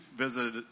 visited